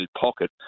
pocket